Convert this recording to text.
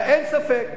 אין ספק,